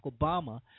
Obama